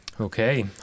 Okay